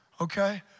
okay